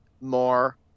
more